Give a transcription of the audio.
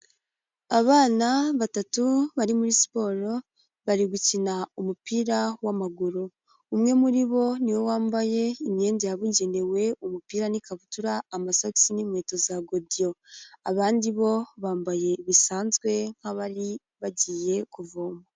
Abana batatu bari muri siporo bari gukina umupira w'amaguru umwe muri bo niwe wambaye imyenda yabugenewe umupira n'ikabutura amasogisi n'inkweto za godiyo, abandi bo bambaye bisanzwe nk'abari bagiye kuvoma.